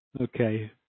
Okay